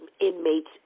inmates